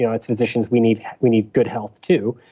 yeah as physicians we need we need good health too,